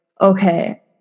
okay